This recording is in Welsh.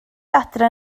adre